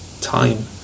time